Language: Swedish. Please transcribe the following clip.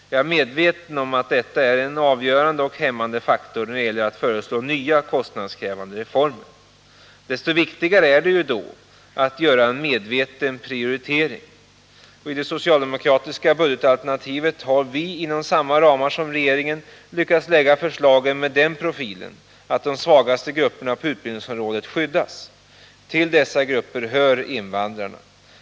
Jag är medveten om att det är en avgörande och hämmande faktor när det gäller att föreslå nya kostnadskrävande reformer, men desto viktigare är det ju då att göra en medveten prioritering. I det socialdemokratiska budgetalternativet har vi inom samma ramar som regeringen lyckats lägga fram förslag med sådan profil att de svagaste grupperna på utbildningsområdet skyddas. Till dessa grupper hör invandrarna.